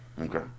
Okay